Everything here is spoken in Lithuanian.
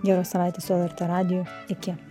geros savaitės su lrt radiju iki